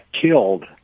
killed